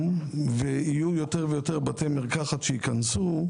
ויהיו יותר ויותר בתי מרקחת שייכנסו,